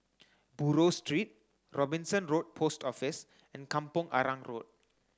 Buroh Street Robinson Road Post Office and Kampong Arang Road